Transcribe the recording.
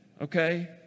Okay